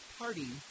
party